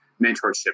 mentorship